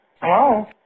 Hello